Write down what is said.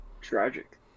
Tragic